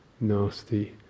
nasty